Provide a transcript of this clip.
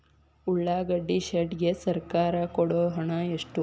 ಉಳ್ಳಾಗಡ್ಡಿ ಶೆಡ್ ಗೆ ಸರ್ಕಾರ ಕೊಡು ಹಣ ಎಷ್ಟು?